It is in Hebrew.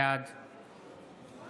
בעד שמחה